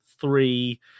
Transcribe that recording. three